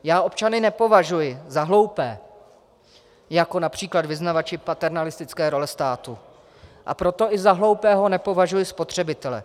Já občany nepovažuji za hloupé jako např. vyznavači paternalistické role státu, a proto i za hloupého nepovažuji spotřebitele.